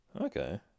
okay